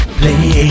play